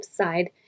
side